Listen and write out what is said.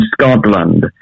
Scotland